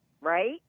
right